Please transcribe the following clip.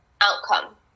outcome